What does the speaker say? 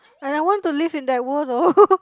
and I want to live in that world though